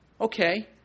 Okay